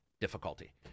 difficulty